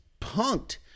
punked